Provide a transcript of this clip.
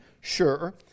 sure